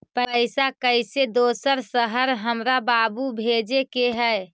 पैसा कैसै दोसर शहर हमरा बाबू भेजे के है?